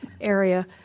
area